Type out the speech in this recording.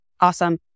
Awesome